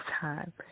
time